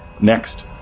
next